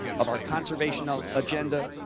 of our conservational agenda,